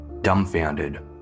Dumbfounded